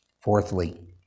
Fourthly